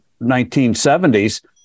1970s